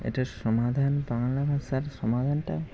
এটার সমাধান বাংলা ভাষার সমাধানটা